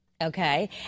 Okay